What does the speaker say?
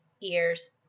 ears